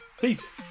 Peace